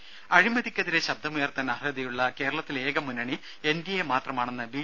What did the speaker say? രുമ അഴിമതിക്കെതിരെ ശബ്ദമുയർത്താൻ അർഹതയുള്ള കേരളത്തിലെ ഏക മുന്നണി എൻഡിഎ മാത്രമാണെന്ന് ബി